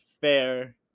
fair